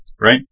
Right